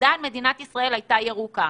עדיין מדינת ישראל הייתה ירוקה.